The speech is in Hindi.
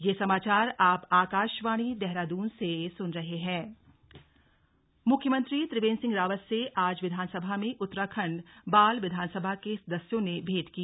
बाल विधानसभा मुख्यमंत्री त्रिवेन्द्र सिंह रावत से आज विधानसभा में उत्तराखण्ड बाल विधानसभा के सदस्यों ने भेंट की